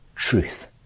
truth